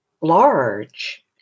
large